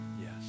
yes